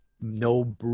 no